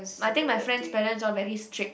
I think my friends parents all very strict